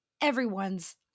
everyone's